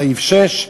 בסעיף 6,